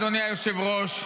אדוני היושב-ראש,